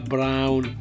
Brown